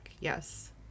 Yes